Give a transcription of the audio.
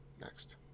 Next